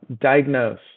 diagnose